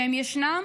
שהם ישנם,